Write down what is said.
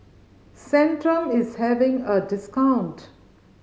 Centrum is having a discount